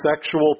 sexual